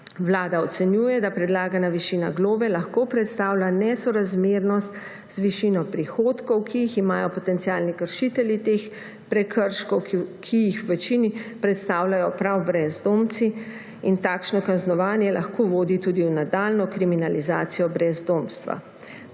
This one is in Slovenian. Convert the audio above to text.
Vlada ocenjuje, da predlagana višina globe lahko predstavlja nesorazmernost z višino prihodkov, ki jih imajo potencialni kršitelji teh prekrškov, ki jih v večini predstavljajo prav brezdomci, in takšno kaznovanje lahko vodi tudi v nadaljnjo kriminalizacijo brezdomstva.